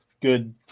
good